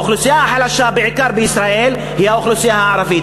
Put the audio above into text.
האוכלוסייה החלשה בישראל היא בעיקר האוכלוסייה הערבית.